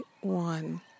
one